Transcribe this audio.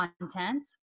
content